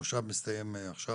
המושב מסתיים עכשיו,